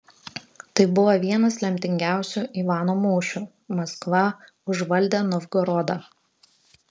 tai buvo vienas lemtingiausių ivano mūšių maskva užvaldė novgorodą